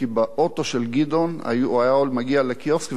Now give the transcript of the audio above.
הוא היה מגיע לקיוסק וקונה סיגריות לפי צבעים,